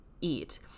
eat